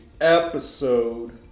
episode